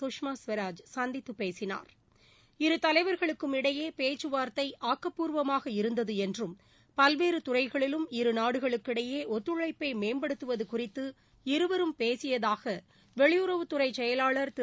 குஷ்மா ஸ்வராஜ் சந்தித்து பேசினார் இரு தலைவர்களுக்குமிடையே பேச்சுவார்த்தை ஆக்கப்பூர்வமாக இருந்தது என்றும் பல்வேறு துறைகளிலும் இருநாடுகளுக்கிடையே ஒத்துழைப்ளப மேம்படுத்துவது குறித்து இருவரும் பேசியதாக வெளியுறவுத்துறை செயலாளர் திரு